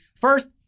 First